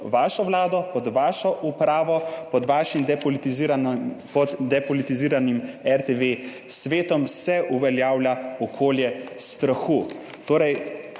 vlado, pod vašo upravo, pod depolitiziranim RTV Svetom se uveljavlja okolje strahu.